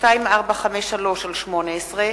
התש”ע 2010,